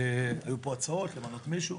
זה בנוגע להצעות שהיו פה למנות מישהו,